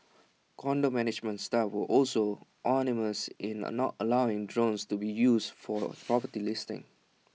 condo management staff were also unanimous in A not allowing drones to be used for property listings